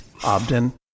Obden